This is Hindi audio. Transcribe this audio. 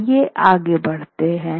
आइये आगे बढ़ते हैं